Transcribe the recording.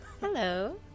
Hello